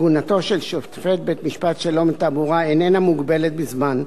כהונתו של שופט בית-משפט שלום לתעבורה איננה מוגבלת בזמן.